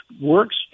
works